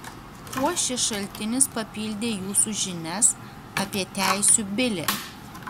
kuo šis šaltinis papildė jūsų žinias apie teisių bilį